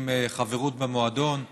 מבטיחים חברות במועדון,